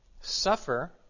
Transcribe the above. suffer